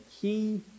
key